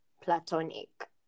platonic